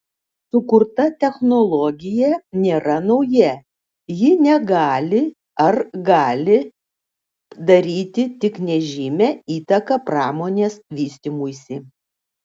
sukurta technologija nėra nauja ji negali ar gali daryti tik nežymią įtaką pramonės vystymuisi